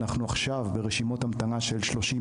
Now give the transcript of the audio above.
אנחנו עכשיו ברשימות המתנה של 30%,